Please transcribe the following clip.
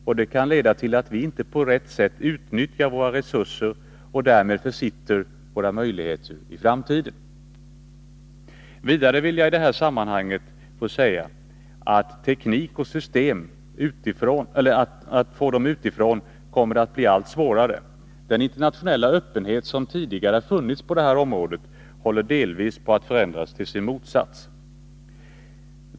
Och det kan leda till att vi inte på rätt sätt utnyttjar våra resurser och därmed försitter möjligheter i framtiden. Vidare vill jag i detta sammanhang påpeka att det kommer att bli allt svårare att få ny teknik och nya system utifrån. Den internationella öppenhet som tidigare har funnits på det här området håller delvis på att förändras till sin motsats.